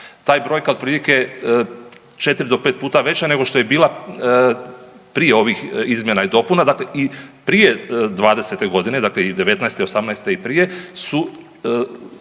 ta je brojka otprilike 4 do 5 puta veća nego što je bila prije ovih izmjena i dopuna, dakle i prije 20.-te godine, dakle i 2019., 2018. i prije su